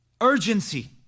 urgency